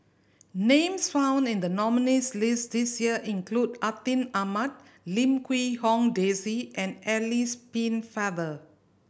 names found in the nominees' list this year include Atin Amat Lim Quee Hong Daisy and Alice